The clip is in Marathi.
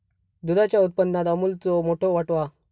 दुधाच्या उत्पादनात अमूलचो मोठो वाटो हा